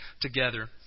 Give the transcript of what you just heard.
together